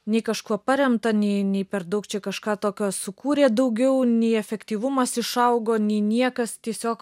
nei kažkuo paremta nei nei per daug čia kažką tokio sukūrė daugiau nei efektyvumas išaugo nei niekas tiesiog